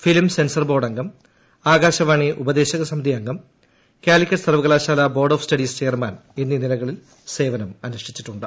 film censor board അംഗം ആകാശവാണി ഉപദേശക സമിതി അംഗം കാലിക്കറ്റ് സർവ്വകലാശാല ബോർഡ് ഓഫ് സ്റ്റഡീസ് ചെയർമാൻ എന്നീ നിലകളിൽ സേവനം അനുഷ്ഠിച്ചിട്ടുണ്ട്